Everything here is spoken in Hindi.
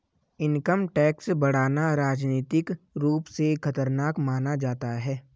इनकम टैक्स बढ़ाना राजनीतिक रूप से खतरनाक माना जाता है